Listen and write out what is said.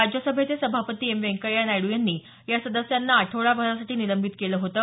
राज्यसभेचे सभापती एम व्यंकय्या नायडू यांनी या सदस्यांना आठवडाभरासाठी निलंबित केलं होतं